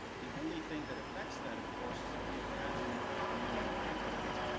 the only thing that affects that, of course, is if we add more value and more increment.